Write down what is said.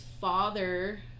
father